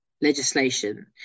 legislation